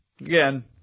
again